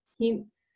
hints